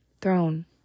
throne